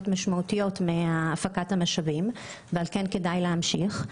משמעותיות מהפקת המשאבים ועל כן כדאי להמשיך.